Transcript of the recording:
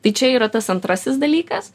tai čia yra tas antrasis dalykas